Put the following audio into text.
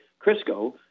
Crisco